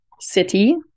city